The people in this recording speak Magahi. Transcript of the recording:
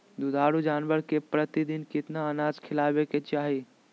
दुधारू जानवर के प्रतिदिन कितना अनाज खिलावे के चाही?